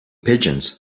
pigeons